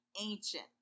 ancient